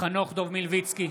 חנוך דב מלביצקי,